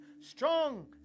Strong